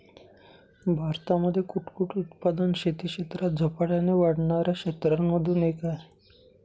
भारतामध्ये कुक्कुट उत्पादन शेती क्षेत्रात झपाट्याने वाढणाऱ्या क्षेत्रांमधून एक आहे